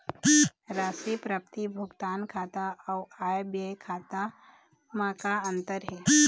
राशि प्राप्ति भुगतान खाता अऊ आय व्यय खाते म का अंतर हे?